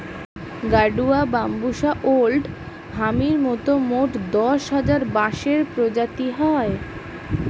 গাডুয়া, বাম্বুষা ওল্ড হামির মতন মোট দশ হাজার বাঁশের প্রজাতি হয়